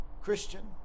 Christian